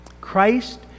Christ